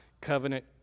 covenant